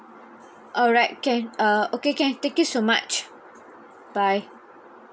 alright can uh okay can thank you so much bye